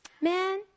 man